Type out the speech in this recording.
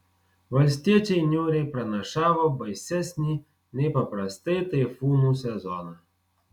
valstiečiai niūriai pranašavo baisesnį nei paprastai taifūnų sezoną